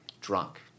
drunk